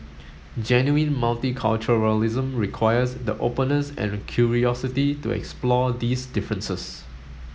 genuine multiculturalism requires the openness and curiosity to explore these differences